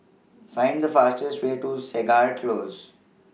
Find The fastest Way to Segar Close